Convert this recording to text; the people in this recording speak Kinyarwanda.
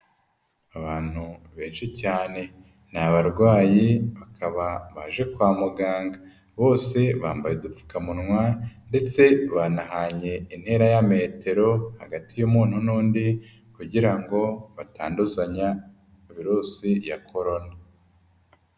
Abantu benshi cyane ni abarwayi baka baje kwa muganga, bose bambaye udupfukamunwa ndetse banahanye intera ya metero hagati y'umuntu n'undi kugira ngo batanduzan virus ya corona.